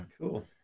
Cool